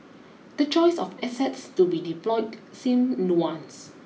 the choice of assets to be deployed seems nuanced